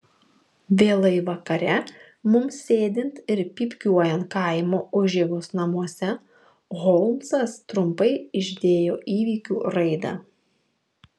vėlai vakare mums sėdint ir pypkiuojant kaimo užeigos namuose holmsas trumpai išdėjo įvykių raidą